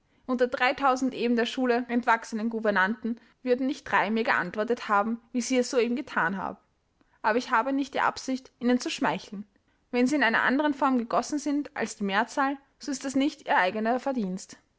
unter dreitausend eben der schule entwachsenen gouvernanten würden nicht drei mir geantwortet haben wie sie es soeben gethan haben aber ich habe nicht die absicht ihnen zu schmeicheln wenn sie in einer anderen form gegossen sind als die mehrzahl so ist das nicht ihr eigenes verdienst